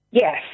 Yes